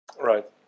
Right